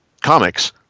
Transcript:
comics